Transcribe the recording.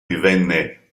divenne